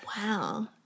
Wow